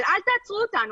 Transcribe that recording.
אבל אל תעצרו אותנו,